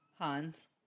Hans